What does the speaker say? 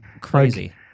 crazy